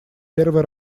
первый